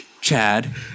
Chad